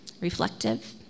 reflective